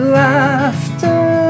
laughter